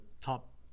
top